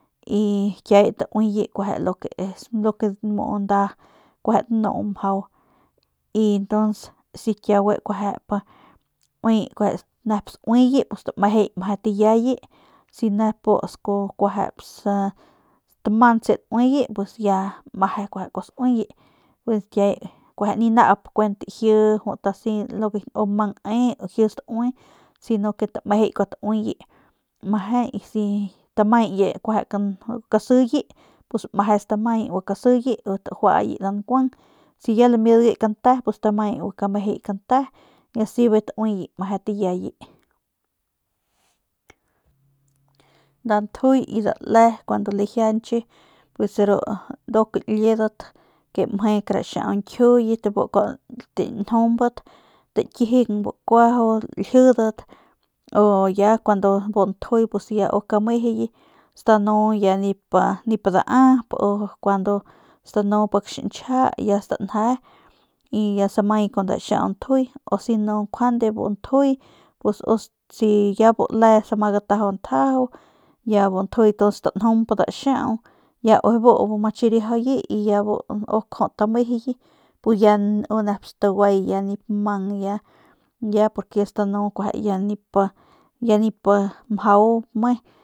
Y kiuye tauiye lo que es nda nuu mjau y si ntuns kiuye nep sauiye kuejep nep sauiye si nep tamantse nuye meje kuasauye y kiaye kuejep kueje ni naup laji nep mang ne laji staui si no ke tamejeyi kuatauye meje si stamaye ñkie kan kasiye y bijiy tajuaye nda nkuang meje stamaye y si ladgue kante ya stamayi guakamejeyi kante y si bijiy tauiye meje tabiaye nda njuy y nda le kuando lajianche pus ru liedat ke mje kara xiaudat ñjiuyet bu kuajau njumbat takijing bu kuajau laljidat o ya bu njuy pus bu uk amejuye stanu ya nip daap o kuandu stanu pik xiñchjia y ya stanje y ya tsamaye kun nda xiau njuyo si no njuande bu njuy u si yabu le tsama gataju ntjajau ya bu njuy stanjump kun nda xiau y ya ujuy bu ma chiriajuye y ya bu uk jut amejuye ya nep staguay ya nip mang ya ya stanu ya nip nip mjau me